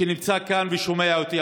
שנמצא כאן ושומע אותי.